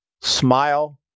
Smile